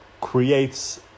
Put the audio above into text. creates